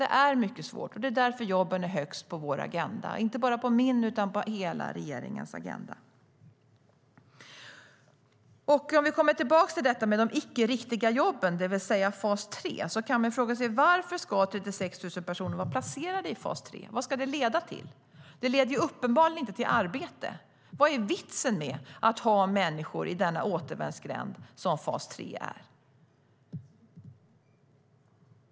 Det är mycket svårt, och det är därför jobben är högst på vår agenda - inte bara min utan hela regeringens agenda. För att gå tillbaka till detta med de icke riktiga jobben, det vill säga fas 3, kan man fråga sig varför 36 000 personer ska vara placerade i fas 3. Vad ska det leda till? Det leder uppenbarligen inte till arbete. Vad är vitsen med att ha människor i den återvändsgränd som fas 3 är?